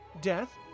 death